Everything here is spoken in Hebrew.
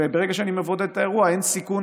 וברגע שאני מבודד את האירוע אין סיכון